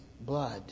blood